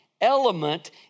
element